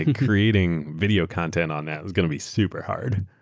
and creating video content on that was going to be super hard.